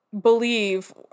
believe